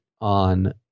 on